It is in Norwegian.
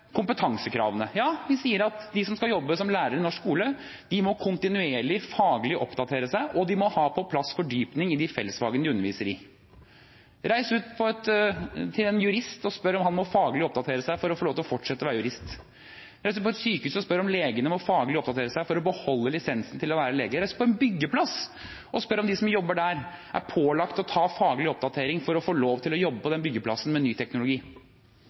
kompetansekravene. Ja, vi sier at de som skal jobbe som lærere i norsk skole, kontinuerlig må oppdatere seg faglig, og at de må ha på plass fordypning i de fellesfagene de underviser i. Reis ut til en jurist og spør om han må oppdatere seg faglig for å få lov til å fortsette å være jurist. Reis ut på et sykehus og spør om legene må oppdatere seg faglig for å beholde lisensen for å være lege. Reis ut på en byggeplass og spør om de som jobber der, er pålagt å ta faglig oppdatering for å få lov til å jobbe på den byggeplassen med ny teknologi.